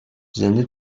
زنده